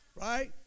Right